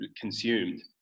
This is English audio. consumed